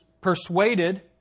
persuaded